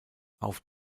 auf